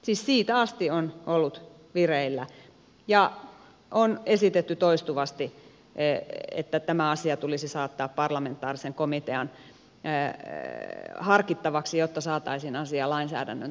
siis siitä asti on ollut vireillä ja on esitetty toistuvasti että tämä asia tulisi saattaa parlamentaarisen komitean harkittavaksi jotta saataisiin asia lainsäädännön tasolle